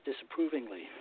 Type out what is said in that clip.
disapprovingly